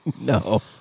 No